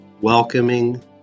welcoming